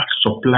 supply